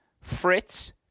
Fritz